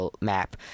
map